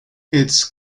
its